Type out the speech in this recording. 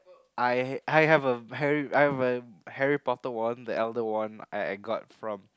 I have a I have a Harry-Potter wand the elder wand I got from